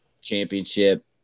championship